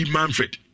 Manfred